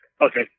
Okay